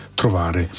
trovare